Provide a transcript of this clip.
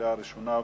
קריאה ראשונה,